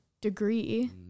degree